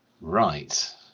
right